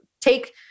take